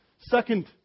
Second